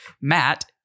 Matt